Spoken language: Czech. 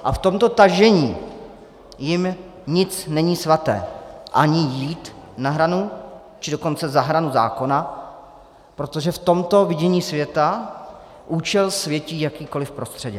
V tomto tažení jim nic není svaté, ani jít na hranu, či dokonce za hranu zákona, protože v tomto vidění světa účel světí jakýkoli prostředek.